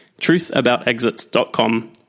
truthaboutexits.com